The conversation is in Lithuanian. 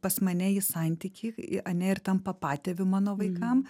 pas mane į santykį ane ir tampa patėviu mano vaikam